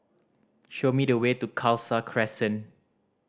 show me the way to Khalsa Crescent